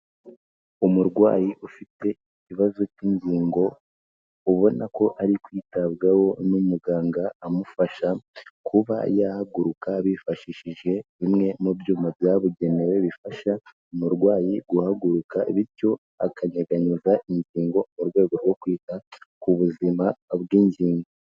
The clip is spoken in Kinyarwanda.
Umurwayi ufite ikibazo cy'ingingo, ubona ko ari kwitabwaho n'umuganga amufasha kuba yahaguruka bifashishije bimwe mu byuma byabugenewe bifasha umurwayi guhaguruka, bityo akanyeganyeza ingingo mu rwego rwo kwita ku buzima bw'ingingo.